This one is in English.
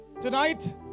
Tonight